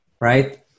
right